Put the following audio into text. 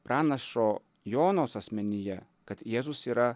pranašo jonos asmenyje kad jėzus yra